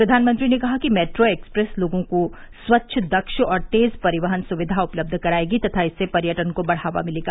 प्रधानमंत्री ने कहा कि मेट्रो एक्सप्रेस लोगों को स्वच्छ दक्ष और तेज परिवहन सुविधा उपलब्ध करायेगी तथा इससे पर्यटन को बढ़ावा मिलेगा